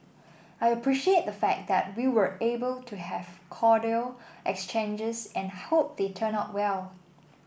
I appreciate the fact that we were able to have cordial exchanges and I hope they turn out well